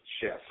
Chef